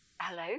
Hello